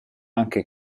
anche